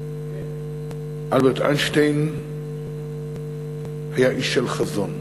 אלברט איינשטיין היה איש של חזון.